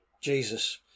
Jesus